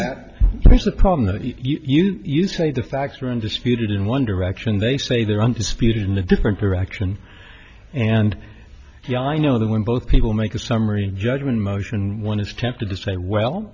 know you say the facts are undisputed in one direction they say they're undisputed in a different direction and i know that when both people make a summary judgment motion one is tempted to say well